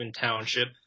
Township